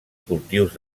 cultius